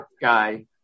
guy